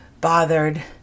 bothered